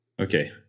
Okay